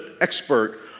expert